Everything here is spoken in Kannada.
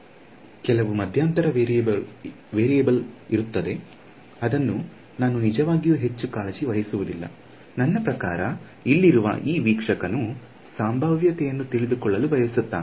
ಕೆಲವು ಮಧ್ಯಂತರ ವೇರಿಯಬಲ್ ಇರುತ್ತವೆ ಅದನ್ನು ನಾನು ನಿಜವಾಗಿಯೂ ಹೆಚ್ಚು ಕಾಳಜಿ ವಹಿಸುವುದಿಲ್ಲ ನನ್ನ ಪ್ರಕಾರ ಇಲ್ಲಿರುವ ಈ ವೀಕ್ಷಕನು ಸಂಭಾವ್ಯತೆಯನ್ನು ತಿಳಿದುಕೊಳ್ಳಲು ಬಯಸುತ್ತಾನೆ